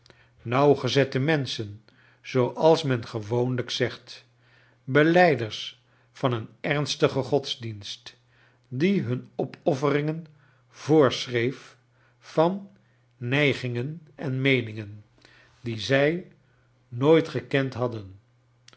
nauwgezeue menschen zooals men gewoonlijk zegt belijders van een emstigcn godsdienst die hun opofferingen voorschrcef van neigmgen en meeningen die zij nooit gekend hadden